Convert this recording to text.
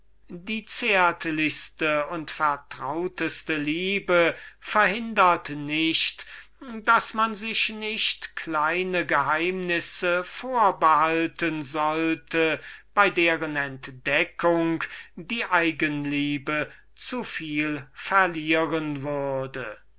die zärtlichste und vertrauteste liebe verhindert nicht daß man sich nicht kleine geheimnisse vorbehalten sollte bei deren entdeckung die eigenliebe ihre rechnung nicht finden würde